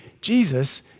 Jesus